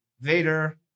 Vader